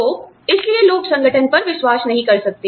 तो इसलिए लोग संगठन पर विश्वास नहीं कर सकते